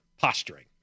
posturing